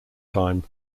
time